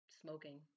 smoking